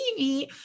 tv